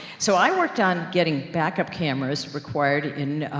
so, i worked on getting backup cameras required in, ah,